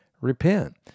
repent